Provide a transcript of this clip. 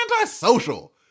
antisocial